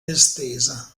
estesa